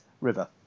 river